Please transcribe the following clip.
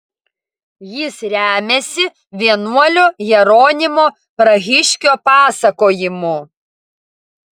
jis remiasi vienuolio jeronimo prahiškio pasakojimu